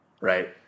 right